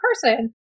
person